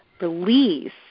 release